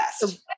best